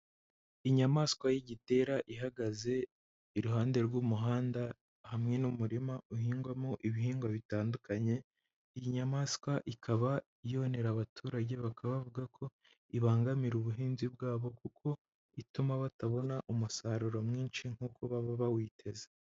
Inyamanswa y'igitera ihagaze iruhande rw'umuhanda, hamwe n'umurima uhingwamo ibihingwa bitandukanye, iyi nyamanswa ikaba yonera abaturage, bakaba bavuga ko ibangamira ubuhinzi bwabo kuko ituma batabona umusaruro mwinshi nk'uko baba bawiteze.